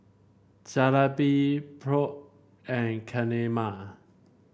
Jalebi Pho and Kheema